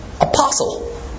apostle